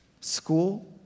school